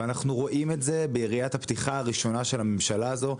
ואנחנו רואים את זה ביריית הפתיחה הראשונה של הממשלה הזו,